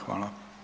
Hvala.